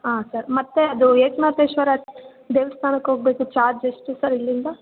ಹಾಂ ಸರ್ ಮತ್ತು ಅದು ಏಕನಾಥೇಶ್ವರ ದೇವಸ್ಥಾನಕ್ಕೆ ಹೋಗಬೇಕು ಚಾರ್ಜ್ ಎಷ್ಟು ಸರ್ ಇಲ್ಲಿಂದ